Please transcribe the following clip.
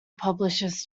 publishes